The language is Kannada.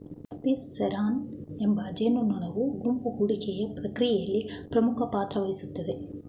ಅಪಿಸ್ ಸೆರಾನಾ ಎಂಬ ಜೇನುನೊಣವು ಗುಂಪು ಗೂಡುವಿಕೆಯ ಪ್ರಕ್ರಿಯೆಯಲ್ಲಿ ಪ್ರಮುಖ ಪಾತ್ರವಹಿಸ್ತದೆ